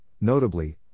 Notably